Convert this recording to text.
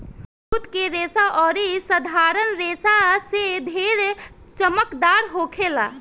जुट के रेसा अउरी साधारण रेसा से ढेर चमकदार होखेला